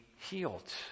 healed